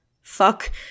Fuck